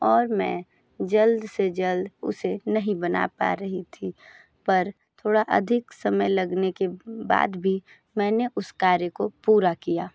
और मैं जल्द से जल्द उसे नहीं बना पा रही थी पर थोड़ा अधिक समय लगने के बाद भी मैंने उस कार्य को पूरा किया